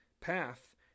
path